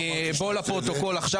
אמרתי שתעשה את זה --- בוא לפרוטוקול עכשיו,